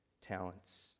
talents